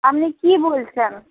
আপনি কি বলছেন